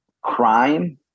crime